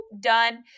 done